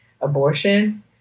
abortion